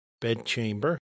bedchamber